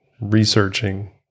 researching